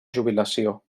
jubilació